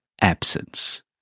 absence